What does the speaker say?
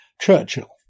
Churchill